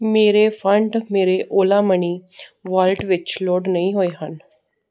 ਮੇਰੇ ਫੰਡ ਮੇਰੇ Ola money wallet ਵਿੱਚ ਲੋਡ ਨਹੀਂ ਹੋਏ ਹਨ